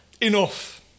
Enough